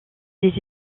des